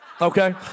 okay